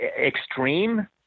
extreme –